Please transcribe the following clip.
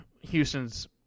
Houston's